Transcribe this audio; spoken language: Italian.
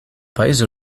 paese